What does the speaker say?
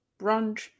brunch